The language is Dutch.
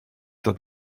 dat